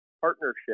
partnership